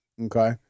okay